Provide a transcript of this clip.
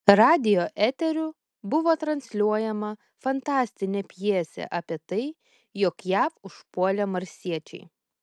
radijo eteriu buvo transliuojama fantastinė pjesė apie tai jog jav užpuolė marsiečiai